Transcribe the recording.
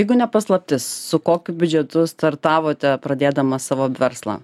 jeigu ne paslaptis su kokiu biudžetu startavote pradėdamas savo verslą